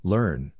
Learn